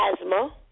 asthma